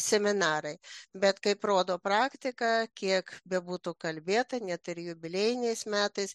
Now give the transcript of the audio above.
seminarai bet kaip rodo praktika kiek bebūtų kalbėta net ir jubiliejiniais metais